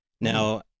Now